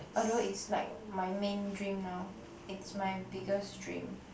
although it's like my main dream now it's my biggest dream